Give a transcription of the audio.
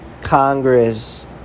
Congress